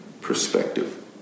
perspective